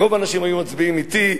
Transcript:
רוב האנשים היו מצביעים אתי,